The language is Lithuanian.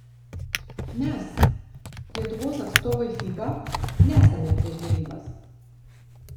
mes lietuvos atstovai fiba nesame prieš derybas